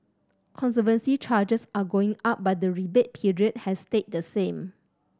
conservancy charges are going up but the rebate period has stayed the same